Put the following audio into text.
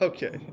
Okay